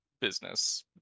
business